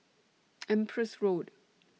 Empress Road